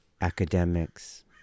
academics